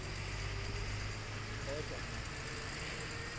असैह्मत